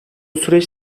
süreç